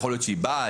יכול להיות שהיא באה,